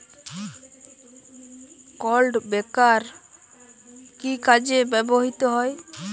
Clod breaker কি কাজে ব্যবহৃত হয়?